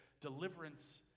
Deliverance